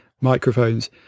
microphones